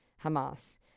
Hamas